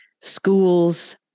schools